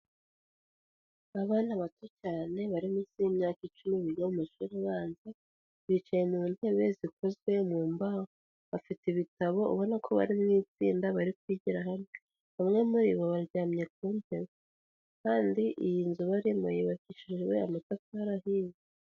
Abana bato cyane bari munsi y'imyaka icumi biga mu amashuri abanza bicaye mu ntebe zikozwe mu mbaho bafite ibitabo ubona ko bari mu itsinda bari kwishyira hamwe bamwe .Umwe muribo baryamye ku nte kandi iyi nzu barimo yubakishijejwe amatafari ahiye.